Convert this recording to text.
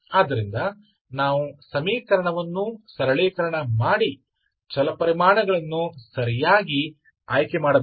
ಆದ್ದರಿಂದ ನಾವು ಸಮೀಕರಣವನ್ನು ಸರಳೀಕರಣ ಮಾಡಿ ಚಲಪರಿಮಾಣಗಳನ್ನು ಸರಿಯಾಗಿ ಆಯ್ಕೆ ಮಾಡಬೇಕು